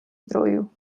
zdrojů